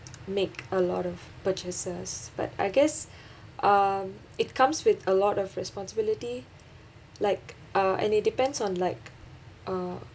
make a lot of purchases but I guess um it comes with a lot of responsibility like uh and it depends on like uh